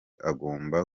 agomba